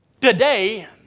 Today